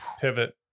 pivot